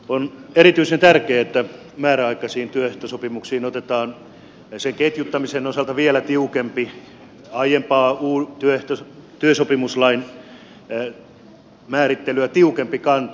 on erityisen tärkeää että määräaikaisiin työehtosopimuksiin otetaan sen ketjuttamisen osalta aiempaa työsopimuslain määrittelyä tiukempi kanta